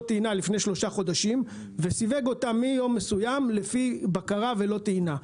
טעינה לפני שלושה חודשים לפי בקרה ולא טעינה.